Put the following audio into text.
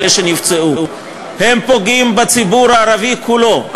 שנפצעו הם פוגעים בציבור הערבי כולו.